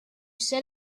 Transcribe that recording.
said